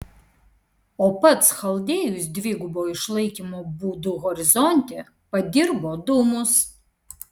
o pats chaldėjus dvigubo išlaikymo būdu horizonte padirbo dūmus